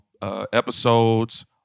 Episodes